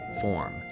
form